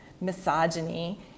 misogyny